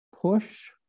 push